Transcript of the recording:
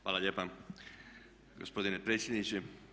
Hvala lijepa gospodine predsjedniče.